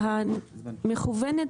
מה משרד המשפטים אומר?